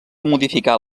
modificar